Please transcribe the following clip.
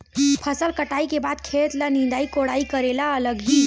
फसल कटाई के बाद खेत ल निंदाई कोडाई करेला लगही?